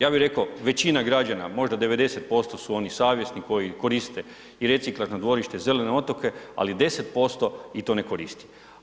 Ja bi rekao većina građana, možda 90% su oni savjesni koji koriste i reciklažno dvorište i zelene otoke, ali 10% ih to ne koristi.